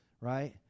right